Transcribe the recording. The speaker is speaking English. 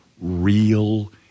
real